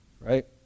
right